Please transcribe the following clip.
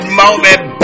moment